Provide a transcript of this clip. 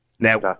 Now